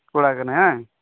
ᱠᱚᱲᱟ ᱠᱟᱱᱟᱭ ᱵᱟᱝ